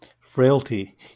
frailty